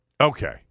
Okay